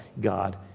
God